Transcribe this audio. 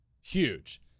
huge